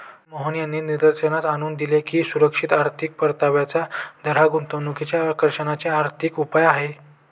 मोहन यांनी निदर्शनास आणून दिले की, सुधारित अंतर्गत परताव्याचा दर हा गुंतवणुकीच्या आकर्षणाचे आर्थिक उपाय आहे